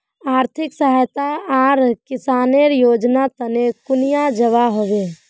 आर्थिक सहायता आर किसानेर योजना तने कुनियाँ जबा होबे?